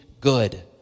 good